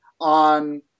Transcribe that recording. on